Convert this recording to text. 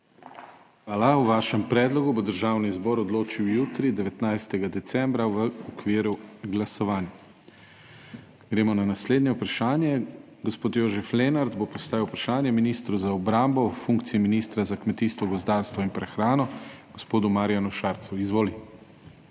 Hvala. O vašem predlogu bo Državni zbor odločil jutri, 19. decembra, v okviru glasovanj. Gremo na naslednje vprašanje. Gospod Jožef Lenart bo postavil vprašanje ministru za obrambo v funkciji ministra za kmetijstvo, gozdarstvo in prehrano, gospodu Marjanu Šarcu. Izvoli.